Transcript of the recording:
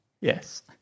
Yes